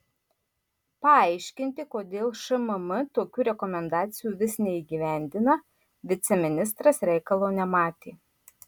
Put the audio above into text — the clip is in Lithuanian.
paaiškinti kodėl šmm tokių rekomendacijų vis neįgyvendina viceministras reikalo nematė